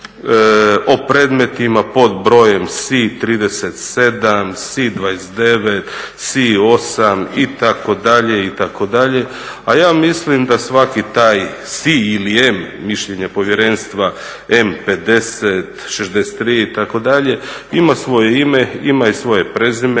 o predmetima pod brojem SI-37, SI-29, SI-8 itd., itd. a ja mislim da svaki taj SI ili M mišljenje povjerenstva M-50, 63 itd., ima svoje ime, ima i svoje prezime